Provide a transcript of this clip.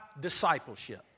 discipleship